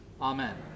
amen